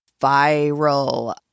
viral